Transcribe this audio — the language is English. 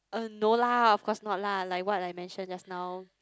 uh no lah of course not lah like what I mentioned just now